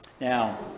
Now